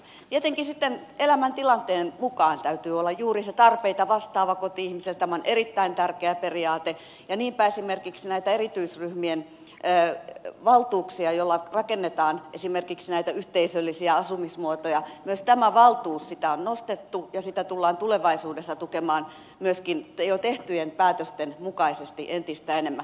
tietenkin sitten elämäntilanteen mukaan täytyy olla juuri se tarpeita vastaava koti ihmiselle tämä on erittäin tärkeä periaate ja niinpä esimerkiksi näitä erityisryhmien valtuuksia joilla rakennetaan esimerkiksi näitä yhteisöllisiä asumismuotoja on nostettu ja tätä tullaan myöskin tulevaisuudessa tukemaan jo tehtyjen päätösten mukaisesti entistä enemmän